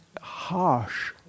harsh